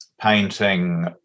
painting